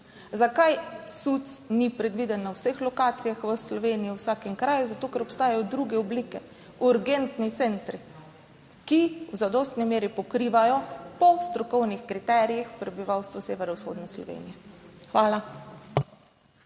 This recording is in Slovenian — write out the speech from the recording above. Zakaj SUC ni predviden na vseh lokacijah v Sloveniji, v vsakem kraju? Zato, ker obstajajo druge oblike; urgentni centri, ki v zadostni meri pokrivajo po strokovnih kriterijih prebivalstva severovzhodne Slovenije. Hvala.